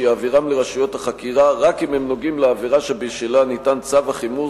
שיעבירם לרשויות החקירה רק אם הם נוגעים לעבירה שבשלה ניתן צו החיפוש,